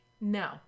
No